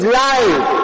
life